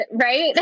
right